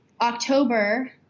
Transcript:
October